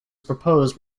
proposed